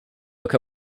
look